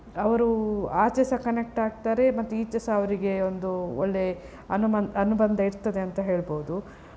ಅವರು ಆಚೆ ಸಹ ಕನೆಕ್ಟ್ ಆಗ್ತಾರೆ ಮತ್ತು ಈಚೆ ಸಹ ಅವರಿಗೆ ಒಂದು ಒಳ್ಳೆಯ ಅನುಮನ್ ಅನುಬಂಧ ಇರ್ತದೆ ಅಂತ ಹೇಳ್ಬೌದು